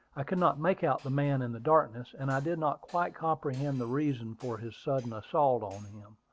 i could not make out the man in the darkness and i did not quite comprehend the reason for his sudden assault on him.